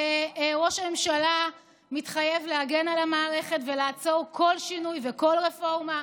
וראש הממשלה מתחייב להגן על המערכת ולעצור כל שינוי וכל רפורמה,